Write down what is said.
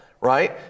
right